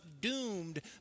doomed